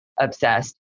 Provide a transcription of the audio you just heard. obsessed